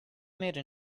made